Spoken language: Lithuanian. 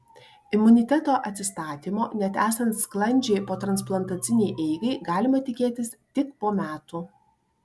imuniteto atsistatymo net esant sklandžiai potransplantacinei eigai galima tikėtis tik po metų